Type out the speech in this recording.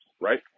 right